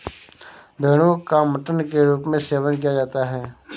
भेड़ो का मटन के रूप में सेवन किया जाता है